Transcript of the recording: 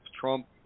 Trump